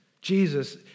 Jesus